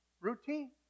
Routine